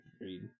read